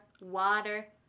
water